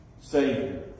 Savior